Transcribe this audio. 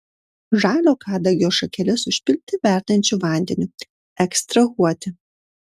žalio kadagio šakeles užpilti verdančiu vandeniu ekstrahuoti